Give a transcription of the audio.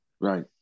Right